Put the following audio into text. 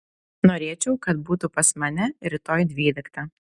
norėčiau kad būtų pas mane rytoj dvyliktą